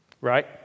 Right